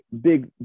big